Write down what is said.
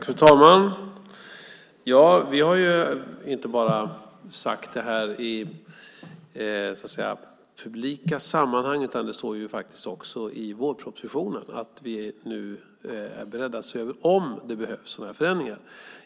Fru talman! Vi har inte bara sagt detta i publika sammanhang, utan det står faktiskt också i vårpropositionen att vi nu är beredda att se över om det behövs några sådana här förändringar.